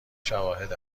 شواهد